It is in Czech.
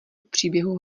příběhu